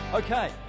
Okay